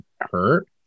hurt